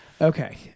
Okay